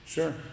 Sure